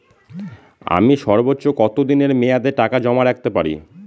আমি সর্বোচ্চ কতদিনের মেয়াদে টাকা জমা রাখতে পারি?